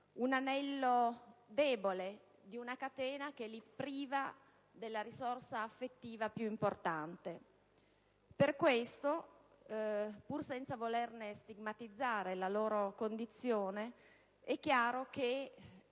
l'anello debole di una catena che li priva della risorsa affettiva più importante. Per questo, pur senza voler stigmatizzare la condizione dei